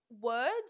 words